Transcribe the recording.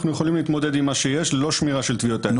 יכולים להתמודד עם מה שיש ללא שמירה של טביעות אצבע.